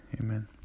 Amen